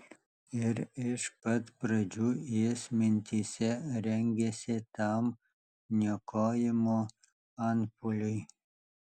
ir iš pat pradžių jis mintyse rengėsi tam niokojimo antpuoliui